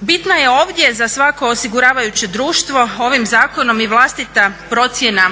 Bitno je ovdje za svako osiguravajuće društvo ovim zakonom i vlastita procjena